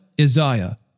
Isaiah